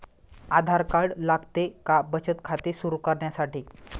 आधार card लागते का बचत खाते सुरू करण्यासाठी?